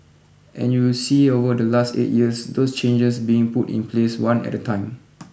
and you see over the last eight years those changes being put in place one at a time